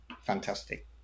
fantastic